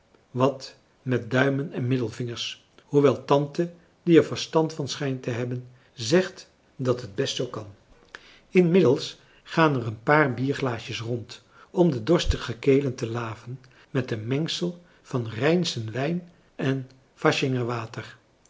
wat met duimen en middelvingers hoewel tante die er verstand van schijnt te hebben zegt dat het best zoo kan inmiddels gaan er een paar bierglaasjes rond om de dorstige kelen te laven met een mengsel van rijnschen wijn en